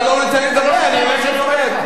אתה לא נותן לי לדבר, אני הולך לפרט.